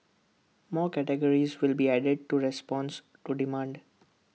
more categories will be added to response to demand